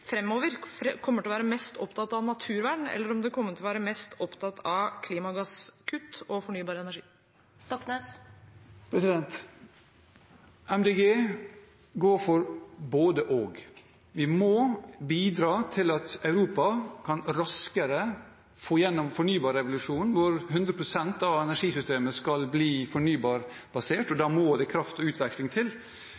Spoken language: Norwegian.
kommer til å være mest opptatt av naturvern eller klimagasskutt og fornybar energi. Miljøpartiet De Grønne går for både og. Vi må bidra til at Europa raskere kan få til fornybarrevolusjonen, hvor 100 pst. av energisystemet skal bli fornybarbasert, og da må det kraft og